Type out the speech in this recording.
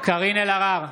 קארין אלהרר,